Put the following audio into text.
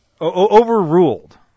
overruled